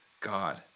God